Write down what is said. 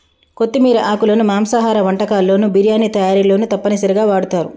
కొత్తిమీర ఆకులను మాంసాహార వంటకాల్లోను బిర్యానీ తయారీలోనూ తప్పనిసరిగా వాడుతారు